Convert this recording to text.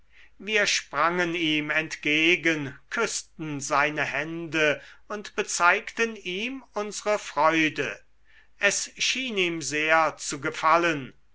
wir sprangen ihm entgegen küßten seine hände und bezeigten ihm unsre freude es schien ihm sehr zu gefallen